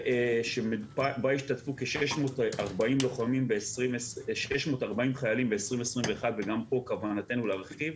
שבה השתתפו כ-640 חיילים ב-2021 וגם פה כוונתנו להרחיב,